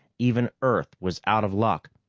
even earth was out of luck,